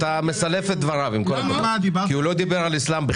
אתה מסלף את דבריו כי הוא לא דיבר על אסלם.